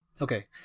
Okay